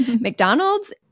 mcdonald's